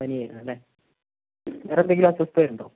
പനി ആയിരുന്നു അല്ലേ വേറെ എന്തെങ്കിലും അസ്വസ്ഥത ഉണ്ടോ